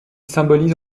symbolise